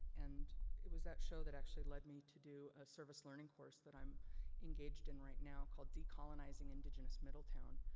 and, it was that show that actually led me to do a service learning course that i'm engaged in right now, called decolonizing indigenous middletown.